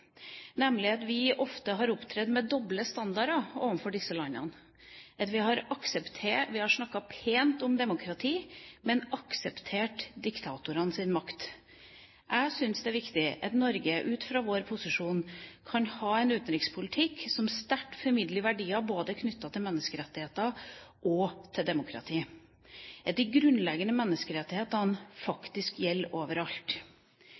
nemlig at vi ofte har opptrådt med doble standarder overfor disse landene. Vi har snakket pent om demokrati, men akseptert diktatorenes makt. Jeg synes det er viktig at Norge ut fra vår posisjon kan ha en utenrikspolitikk som sterkt formidler verdier både knyttet til menneskerettigheter og til demokrati, og at de grunnleggende menneskerettighetene faktisk gjelder overalt.